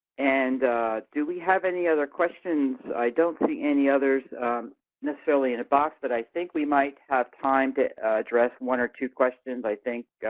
and do we have any other questions? i don't see any others necessarily in the box, but i think we might have time to address one or two questions, i think.